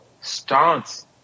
starts